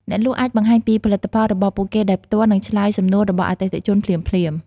អ្នកលក់អាចបង្ហាញពីផលិតផលរបស់ពួកគេដោយផ្ទាល់ និងឆ្លើយសំណួររបស់អតិថិជនភ្លាមៗ។